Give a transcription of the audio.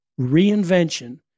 reinvention